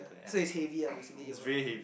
so it's heavy ah basically it work